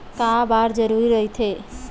का बार जरूरी रहि थे?